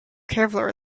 kevlar